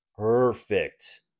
Perfect